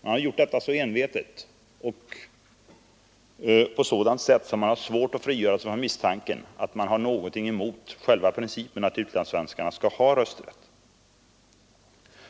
Man har gjort detta så envetet och på ett sådant sätt att det är svårt att frigöra sig från misstanken att man har någonting emot själva principen att utlandssvenskarna skall ha rösträtt.